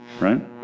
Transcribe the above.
Right